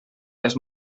les